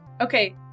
Okay